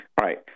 right